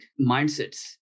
mindsets